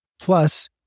Plus